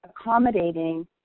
accommodating